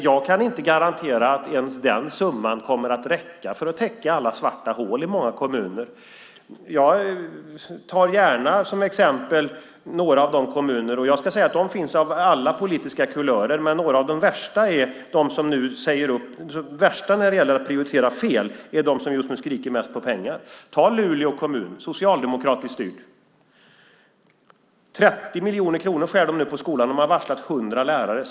Jag kan inte garantera att ens den summan kommer att räcka för att täcka alla svarta hål i många kommuner. Jag tar gärna som exempel några av de kommuner som har prioriterat fel. Sådana finns av alla politiska kulörer, men några av de värsta när det gäller att prioritera fel är de som just nu skriker mest om att få pengar. Jag kan nämna Luleå kommun som är socialdemokratiskt styrd. Där skär man nu ned med 30 miljoner i skolan och har varslat 100 lärare.